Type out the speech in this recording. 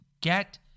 get